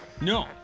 No